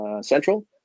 central